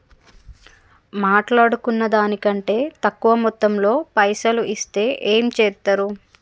మాట్లాడుకున్న దాని కంటే తక్కువ మొత్తంలో పైసలు ఇస్తే ఏం చేత్తరు?